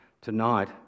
tonight